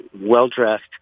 well-dressed